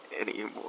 anymore